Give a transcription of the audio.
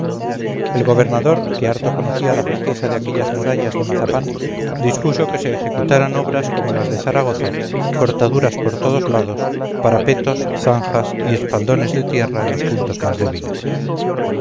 el gobernador que harto conocía la flaqueza de aquellas murallas de mazapán dispuso que se ejecutaran obras como las de zaragoza cortaduras por todos lados parapetos zanjas y espaldones de tierra en los puntos más débiles